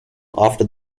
after